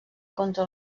contra